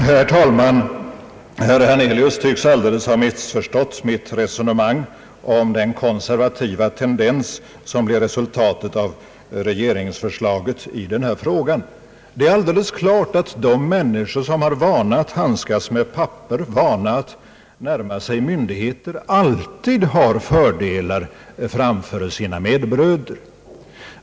Herr talman! Herr Hernelius tycks alldeles ha missförstått mitt resonemang om den konservativa tendens som blir resultatet av regeringsförslaget i denna fråga. Det är alldeles klart att de människor som har vana att handskas med papper och vana att närma sig myndigheter alltid har fördelar framför sina medbröder.